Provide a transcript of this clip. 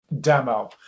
demo